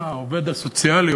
העובד הסוציאלי,